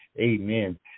Amen